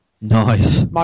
Nice